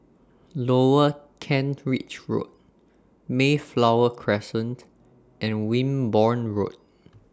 Lower Kent Ridge Road Mayflower Crescent and Wimborne Road